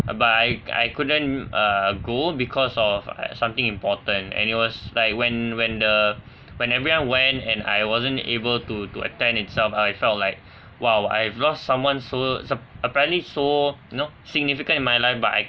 but I I couldn't uh go because of uh something important and it was like when when the when everyone went and I wasn't able to to attend itself I felt like !wow! I have lost someone so s~ apparently so you know significant in my life but I